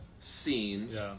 scenes